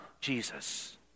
Jesus